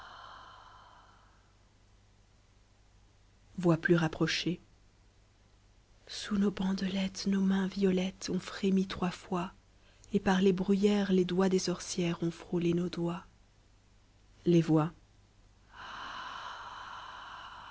sous nos bandelettes nos mains violettes ont frémi trois fois et par eb bntyèfm l doigts des ereièfeb ont ftûté nos doigt les voix